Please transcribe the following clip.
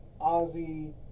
Ozzy